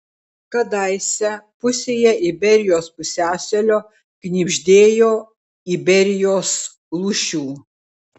kadaise pusėje iberijos pusiasalio knibždėjo iberijos lūšių